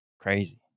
crazy